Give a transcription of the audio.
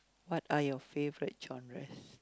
what are your favourite genres